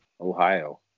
Ohio